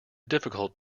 difficult